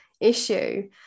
issue